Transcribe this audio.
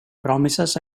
promises